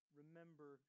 remember